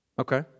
Okay